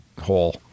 hole